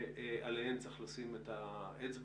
שעליהם צריך לשים את האצבע,